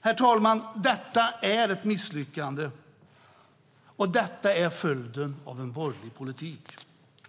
Herr talman! Detta är ett misslyckande. Det är följden av en borgerlig politik.